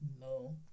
no